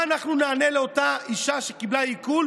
מה אנחנו נענה לאותה אישה שקיבלה עיקול